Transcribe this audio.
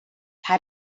how